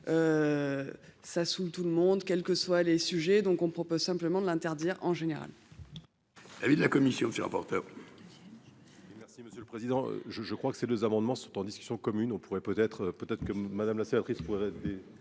Ça sous tout le monde, quelles que soient les sujets, donc on propose simplement de l'interdire en général.--